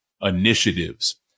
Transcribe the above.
initiatives